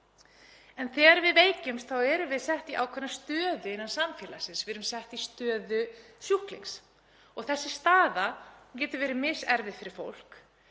En þegar við veikjumst erum við sett í ákveðna stöðu innan samfélagsins. Við erum sett í stöðu sjúklings og þessi staða getur verið miserfið fyrir fólk.